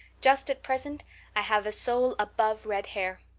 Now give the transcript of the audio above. just at present i have a soul above red hair.